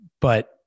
but-